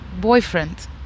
boyfriend